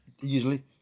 usually